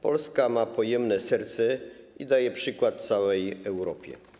Polska ma pojemne serce i daje przykład całej Europie.